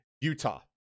Utah